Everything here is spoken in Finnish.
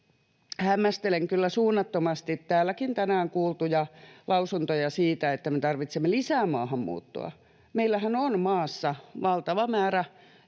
hämmästelen kyllä suunnattomasti täälläkin tänään kuultuja lausuntoja siitä, että me tarvitsemme lisää maahanmuuttoa. Meillähän on maassa valtava määrä